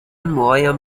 موهایم